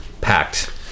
packed